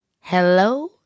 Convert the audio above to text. Hello